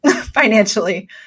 financially